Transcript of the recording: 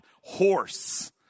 horse